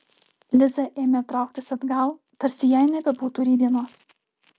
liza ėmė trauktis atgal tarsi jai nebebūtų rytdienos